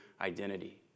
identity